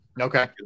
Okay